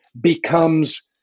becomes